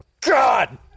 God